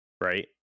right